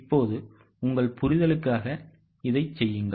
இப்போது உங்கள் புரிதலுக்காக இதை செய்யுங்கள்